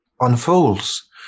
unfolds